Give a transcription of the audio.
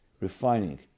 refining